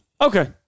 Okay